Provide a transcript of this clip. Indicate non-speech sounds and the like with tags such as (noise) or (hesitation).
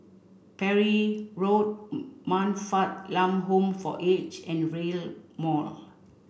Parry Road (hesitation) Man Fatt Lam Home for Aged and Rail Mall